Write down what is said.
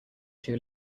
two